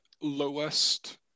lowest